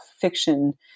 fiction